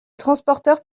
transporteur